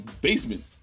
basement